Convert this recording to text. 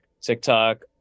tiktok